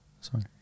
Sorry